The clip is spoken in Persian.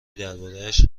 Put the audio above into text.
دربارهاش